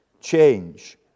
change